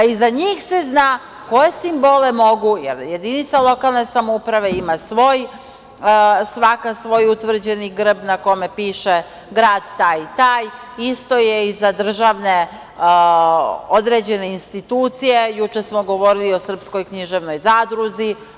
I za njih se zna koje simbole mogu, jer jedinica lokalne samouprave ima svoj, svaka svoj utvrđeni grb na kome piše grad taj i taj, isto je i za državne određene institucije, juče smo govorili o Srpskoj književnoj zadruzi.